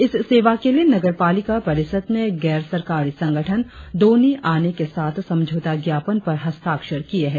इस सेवा के लिए नगर पालिका परिषद ने गैर सरकारी संगठन दोन्यी आने के साथ समझौता ज्ञापन पर हस्ताक्षर किए है